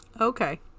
Okay